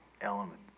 element